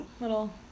little